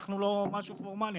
אנחנו לא משהו פורמלי,